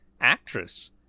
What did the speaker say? actress